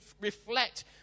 reflect